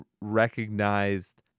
recognized